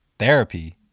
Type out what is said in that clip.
therapy?